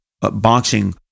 boxing